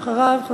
ואחריו,